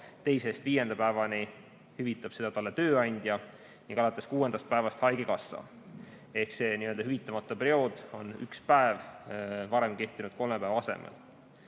teisest viienda päevani hüvitab selle talle tööandja ning alates kuuendast päevast haigekassa. Ehk see hüvitamata periood on üks päev varem kehtinud kolme päeva asemel.